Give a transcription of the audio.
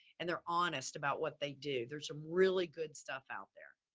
and they're honest about what they do. there's some really good stuff out there,